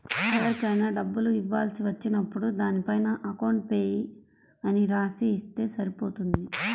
ఎవరికైనా డబ్బులు ఇవ్వాల్సి వచ్చినప్పుడు దానిపైన అకౌంట్ పేయీ అని రాసి ఇస్తే సరిపోతుంది